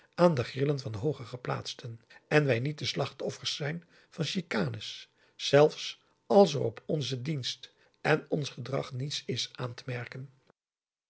aan de grillen van hooger geplaatsten en wij niet de slachtoffers zijn van chicanes zelfs als er op onzen dienst en ons gedrag niets is aan te merken